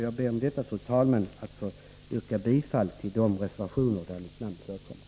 Jag ber med detta, fru talman, att få yrka bifall till de reservationer där mitt namn förekommer.